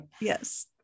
Yes